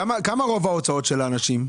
כמה רוב ההוצאות של האנשים?